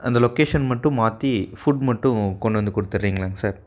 அந்த லொக்கேஷன் மட்டும் மாற்றி ஃபுட் மட்டும் கொண்டு வந்து கொடுத்துட்றீங்களாங்க சார்